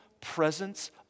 presence